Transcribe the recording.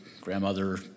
grandmother